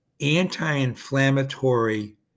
anti-inflammatory